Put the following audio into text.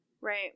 Right